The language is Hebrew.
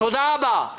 תודה רבה.